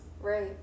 right